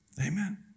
Amen